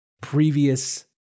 previous